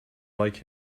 like